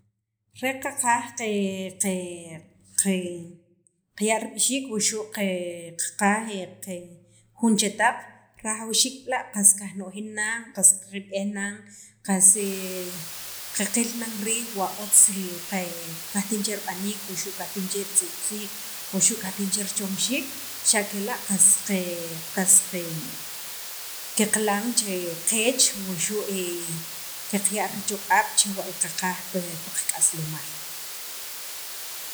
re qaqaj qe qe qaya' rib'ixiik wuxu' qe qaj qe jun chetaq rajawxiik b'la' qas kajno'jin nan qas qiyb'ejnan qas qaqil nan riij wa otz li qe qatijin che rib'aniik wuxu' qajtijin che ritz'ib'siik wuxu' kajtijin che richomxiik xa' kela' qe qas qe qaqilan che qas qeech wuxu' qaya' richoq'ab' chewa' li qaqaj pi qak'aslemaal,